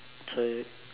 so